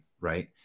Right